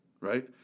right